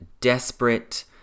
desperate